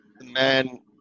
man